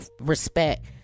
respect